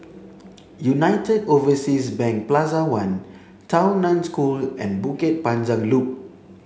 United Overseas Bank Plaza One Tao Nan School and Bukit Panjang Loop